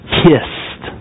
kissed